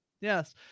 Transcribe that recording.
Yes